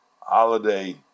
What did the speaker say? holiday